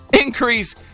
Increase